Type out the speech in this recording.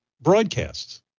broadcasts